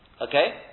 Okay